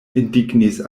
indignis